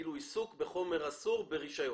כאילו עיסוק בחומר אסור ברישיון.